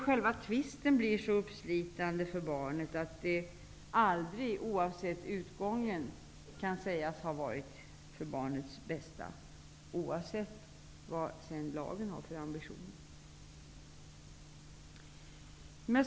Själva tvisten blir så uppslitande för barnet att det aldrig, oavsett utgången, kan sägas ha varit för barnets bästa, oavsett vad man sedan har för ambitioner i lagen.